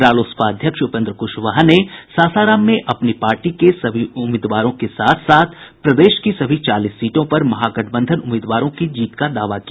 रालोसपा अध्यक्ष उपेन्द्र कुशवाहा ने सासाराम में अपनी पार्टी के सभी उम्मीदवारों के साथ साथ प्रदेश की सभी चालीस सीटों पर महागठबंधन उम्मीदवारों की जीत का दावा किया